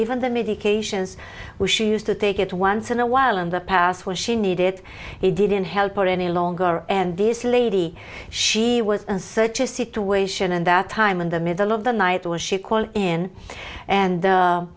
even the medications was she used to take it once in a while and the past where she needed it didn't help her any longer and this lady she was in such a situation and that time in the middle of the night or she called in and